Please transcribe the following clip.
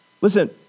Listen